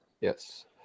Yes